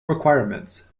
requirements